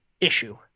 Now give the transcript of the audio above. issue